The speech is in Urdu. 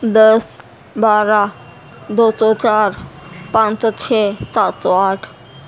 دس بارہ دو سو چار پانچ سو چھ سات سو آٹھ